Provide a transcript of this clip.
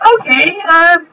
Okay